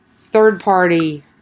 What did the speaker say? third-party